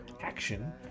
action